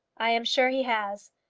i am sure he has.